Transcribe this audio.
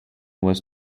was